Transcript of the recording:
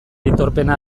aitorpena